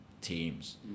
Teams